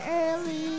early